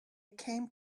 came